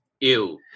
Ew